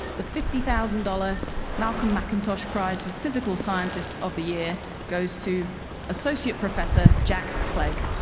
the fifty thousand dollars malcolm mcintosh prize for physical scientist of the year goes to associate professor jack clegg.